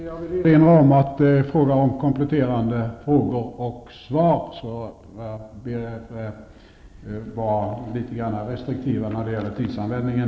Jag vill erinra om att det är fråga om kompletterande frågor och svar. Jag ber därför talarna att vara litet restriktiva med tidsanvändningen.